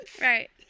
right